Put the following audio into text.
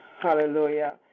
Hallelujah